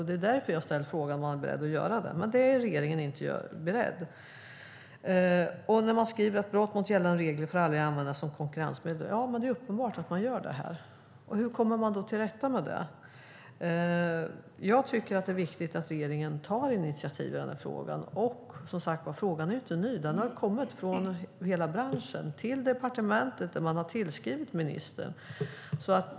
Det är därför jag har ställt frågan om man är beredd att göra det här. Men det är regeringen inte. Man skriver att brott mot gällande regler aldrig får användas som konkurrensmedel. Men det är uppenbart att det sker här. Hur kommer man då till rätta med det? Jag tycker att det är viktigt att regeringen tar initiativ i den här frågan. Och, som sagt, frågan är inte ny. Den har kommit från hela branschen till departementet. De har tillskrivit ministern.